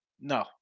no